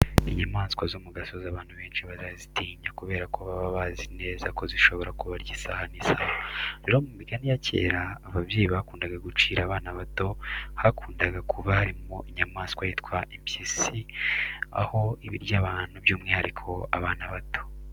Inyamaswa zo mu gasozi abantu benshi barazitinya kubera ko baba bazi neza ko zishobora kubarya isaha n'isaha. Rero mu migani ya kera ababyeyi bakundaga gucira abana bato hakundaga kuba harimo inyamaswa yitwa impyisi, aho iba irya abantu by'umwihariko abana bato.